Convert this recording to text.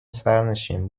سرنشین